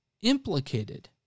implicated